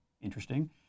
interesting